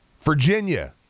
Virginia